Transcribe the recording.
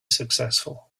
successful